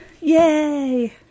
Yay